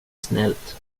snällt